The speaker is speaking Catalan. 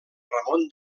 ramon